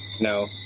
No